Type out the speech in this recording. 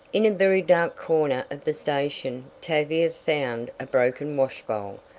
in a very dark corner of the station tavia found a broken washbowl,